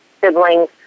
siblings